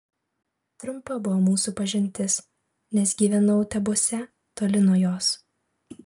trumpa buvo mūsų pažintis nes gyvenau tebuose toli nuo jos